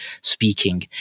speaking